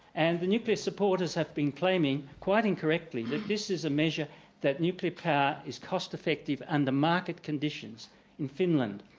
and the nuclear supporters have been claiming quite incorrectly that this is a measure that nuclear power is cost-effective under and market conditions in finland.